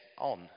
on